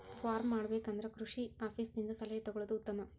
farm ಮಾಡಬೇಕು ಅಂದ್ರ ಕೃಷಿ ಆಪೇಸ್ ದಿಂದ ಸಲಹೆ ತೊಗೊಳುದು ಉತ್ತಮ